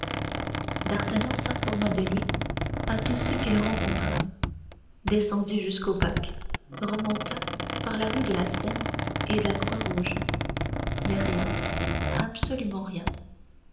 d'artagnan s'informa de lui à tous ceux qu'il rencontra descendit jusqu'au bac remonta par la rue de seine et la croix-rouge mais rien absolument rien